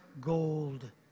gold